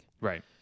Right